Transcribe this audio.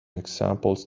examples